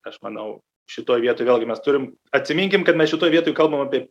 aš manau šitoj vietoj vėlgi mes turim atsiminkim kad mes šitoj vietoj kalbam apie